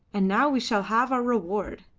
and now we shall have our reward.